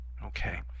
okay